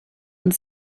und